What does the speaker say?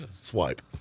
swipe